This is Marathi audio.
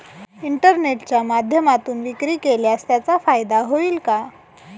इंटरनेटच्या माध्यमातून विक्री केल्यास त्याचा फायदा होईल का?